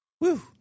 Woo